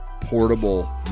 portable